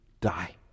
die